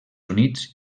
units